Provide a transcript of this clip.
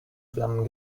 flammen